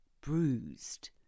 bruised